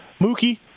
Mookie